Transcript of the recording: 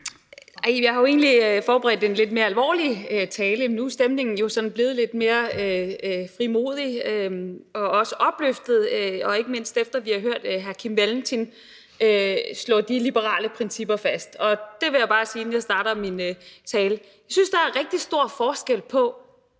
jeg havde egentlig forberedt en lidt mere alvorlig tale, men nu er stemningen jo blevet sådan lidt mere frimodig og også opløftet, ikke mindst efter at vi har hørt hr. Kim Valentin slå de liberale principper fast. Og der vil jeg bare sige, inden jeg starter min tale, at jeg synes, at der er rigtig stor forskel på